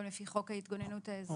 גם לפי חוק ההתגוננות האזרחית?